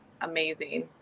amazing